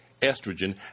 estrogen